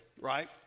right